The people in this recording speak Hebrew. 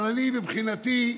אבל אני, מבחינתי,